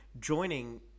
joining